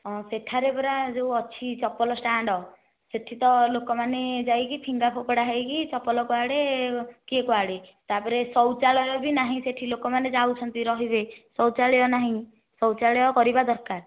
ସେଠାରେ ପରା ଗୋଟିଏ ଅଛି ଚପଲ ଷ୍ଟାଣ୍ଡ ସେଠି ତ ଲୋକମାନେ ଯାଇକି ଫିଙ୍ଗା ଫୋପଡ଼ା ହୋଇକି ଚପଲ କୁଆଡେ଼ କିଏ କୁଆଡ଼େ ତା'ପରେ ଶୌଚାଳୟ ବି ନାହିଁ ସେଠି ଲୋକମାନେ ଯାଉଛନ୍ତି ରହିବେ ଶୌଚାଳୟ ନାହିଁ ଶୌଚାଳୟ କରିବା ଦରକାର